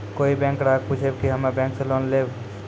कोई बैंक ग्राहक पुछेब की हम्मे बैंक से लोन लेबऽ?